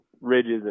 ridges